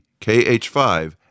KH5